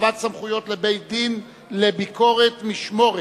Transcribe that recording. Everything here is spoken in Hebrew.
הרחבת סמכויות לבית-דין לביקורת משמורת),